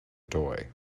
toy